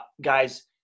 Guys